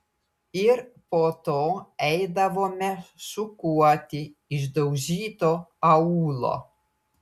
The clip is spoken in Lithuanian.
ir po to eidavome šukuoti išdaužyto aūlo